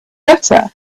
butter